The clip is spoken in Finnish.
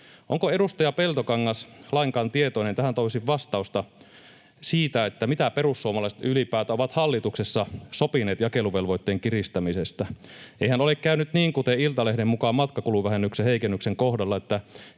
Onko edustaja Peltokangas lainkaan tietoinen — tähän toivoisin vastausta — siitä, mitä perussuomalaiset ylipäätään ovat hallituksessa sopineet jakeluvelvoitteen kiristämisestä? Eihän ole käynyt niin, kuten Iltalehden mukaan matkakuluvähennyksen heikennyksen kohdalla,